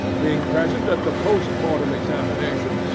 being present at the post mortem examination,